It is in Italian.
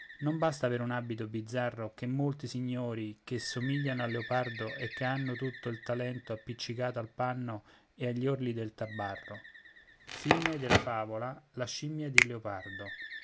non basta aver un abito bizzarro come molti signori che somigliano al leopardo e ch'hanno tutto il talento appiccicato al panno e agli orli del tabarro e